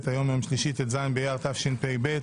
ט"ז באייר התשפ"ב,